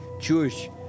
Jewish